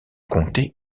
comté